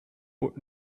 but